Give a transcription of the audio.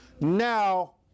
now